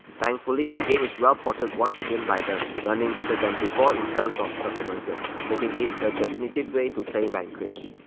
thankfully the game is well ported once again by them, running better than before in terms of performances, making it the definitive way to play vanquish.